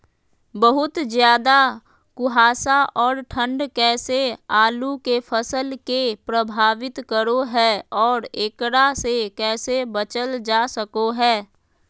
बहुत ज्यादा कुहासा और ठंड कैसे आलु के फसल के प्रभावित करो है और एकरा से कैसे बचल जा सको है?